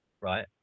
right